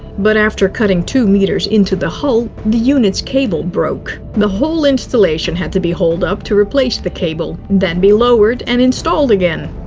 but after cutting two meters into the hull, the unit's cable broke. the whole installation had to be hauled up to replace the cable. then be lowered and installed again.